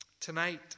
Tonight